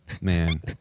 Man